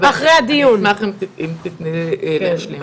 אני אשמח אם תתני לי להשלים.